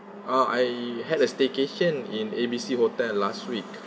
oh I had a staycation in A_B_C hotel last week